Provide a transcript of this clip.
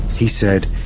he said,